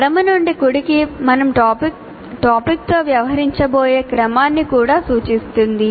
ఎడమ నుండి కుడికి మనం టాపిక్తో వ్యవహరించబోయే క్రమాన్ని కూడా సూచిస్తుంది